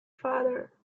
father